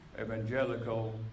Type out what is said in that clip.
evangelical